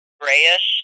grayish